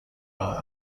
are